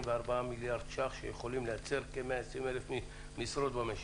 מיליארד שקל שיכולים לייצר כ-120,000 משרות במשק.